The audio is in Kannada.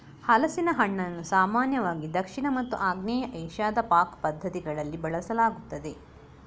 ಹಲಸಿನ ಹಣ್ಣನ್ನು ಸಾಮಾನ್ಯವಾಗಿ ದಕ್ಷಿಣ ಮತ್ತು ಆಗ್ನೇಯ ಏಷ್ಯಾದ ಪಾಕ ಪದ್ಧತಿಗಳಲ್ಲಿ ಬಳಸಲಾಗುತ್ತದೆ